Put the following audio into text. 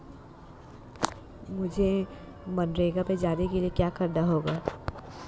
मुझे मनरेगा में जाने के लिए क्या करना होगा?